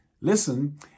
listen